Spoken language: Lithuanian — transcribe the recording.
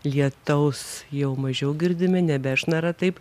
lietaus jau mažiau girdime nebešnara taip